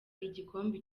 igikombe